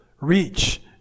reach